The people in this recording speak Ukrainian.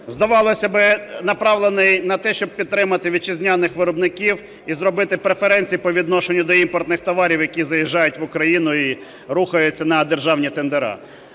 здавалося би направлений на те, щоб підтримати вітчизняних виробників і зробити преференції по відношенню до імпортних товарів, які заїжджають в Україну і рухаються на державні тендера.